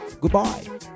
goodbye